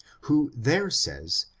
who there says,